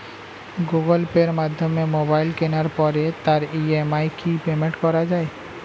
Google পের মাধ্যমে mobile কেনার পরে তার ই.এম.আই কি পেমেন্ট করা যায়?